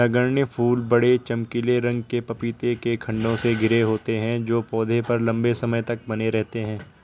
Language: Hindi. नगण्य फूल बड़े, चमकीले रंग के पपीते के खण्डों से घिरे होते हैं जो पौधे पर लंबे समय तक बने रहते हैं